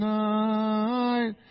night